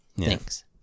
Thanks